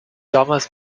damals